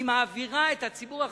היא מעבירה את הציבור החרדי,